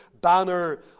banner